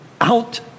out